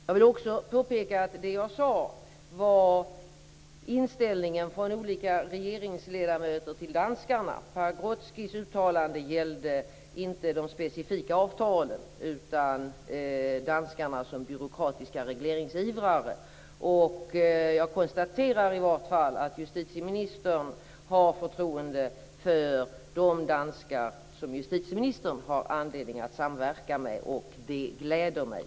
Jag vill också påpeka, när det gäller det jag sade om inställningen från olika regeringsledamöter till danskarna, att Pagrotskys uttalande inte gällde de specifika avtalen utan danskarna som byråkratiska regleringsivrare. Jag konstaterar i vart fall att justitieministern har förtroende för de danskar som justitieministern har anledning att samverka med, och det gläder mig.